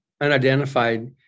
unidentified